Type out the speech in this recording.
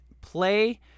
play